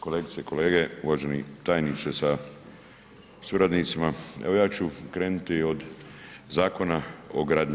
Kolegice i kolege, uvaženi tajniče sa suradnicima, evo ja ću krenuti od Zakona o gradnji.